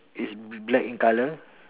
is black in colour